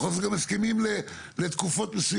אתה יכול לעשות גם הסכמים לתקופות מסוימות.